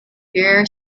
rare